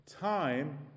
Time